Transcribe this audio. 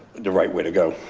the right way to go.